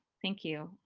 thank you.